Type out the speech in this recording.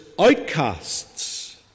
outcasts